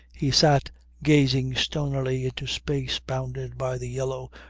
he sat gazing stonily into space bounded by the yellow,